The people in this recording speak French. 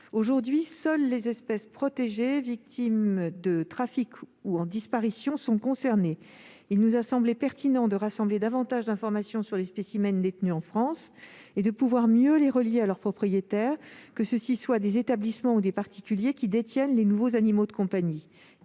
Aujourd'hui, seules les espèces protégées victimes de trafic ou en disparition sont concernées. Il nous a semblé pertinent de rassembler davantage d'informations sur les spécimens détenus en France et de pouvoir mieux les relier à leurs propriétaires, que ceux-ci soient des établissements ou des particuliers qui détiennent de nouveaux animaux de compagnie